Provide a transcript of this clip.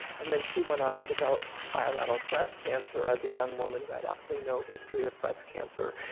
and then she went on and developed bilateral breast cancer as a young woman who had absolutely no history of breast cancer.